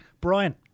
Brian